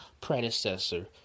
predecessor